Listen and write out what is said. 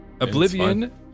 Oblivion